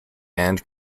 and